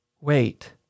Wait